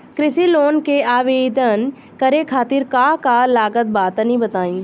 कृषि लोन के आवेदन करे खातिर का का लागत बा तनि बताई?